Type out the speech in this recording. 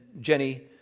Jenny